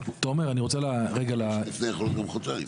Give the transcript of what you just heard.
תומר, אני רוצה --- זה יכול להיות גם חודשיים.